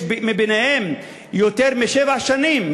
יש ביניהם שיותר משבע שנים,